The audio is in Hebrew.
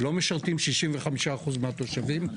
לא משרתים 65% מהתושבים,